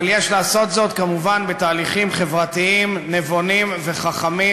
אבל יש לעשות זאת כמובן בתהליכים חברתיים נבונים וחכמים,